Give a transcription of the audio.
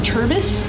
Turbis